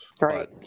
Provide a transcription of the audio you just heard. Right